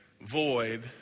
void